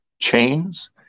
chains